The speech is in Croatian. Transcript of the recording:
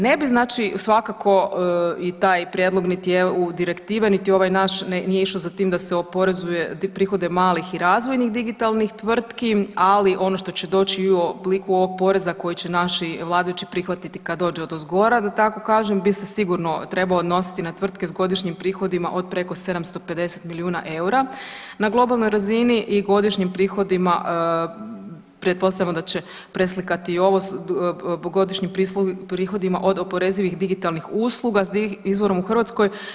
Ne bi znači svakako i taj prijedlog niti EU Direktive, niti ovaj naš nije išao za tim da se oporezuje te prihode malih i razvojnih digitalnih tvrtki, ali ono što će doći u obliku ovoga poreza koji će naši vladajući prihvatiti kada dođe odozgora da tako kažem bi se sigurno trebao odnositi na tvrtke s godišnjim prihodima od preko 750 milijuna eura na globalnoj razini i godišnjim prihodima pretpostavljamo da će preslikati i ovo godišnjim prihodima od oporezivih digitalnih usluga s izvorom u Hrvatskoj.